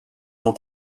ont